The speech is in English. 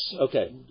okay